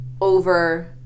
over